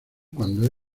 cuando